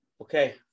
Okay